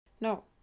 No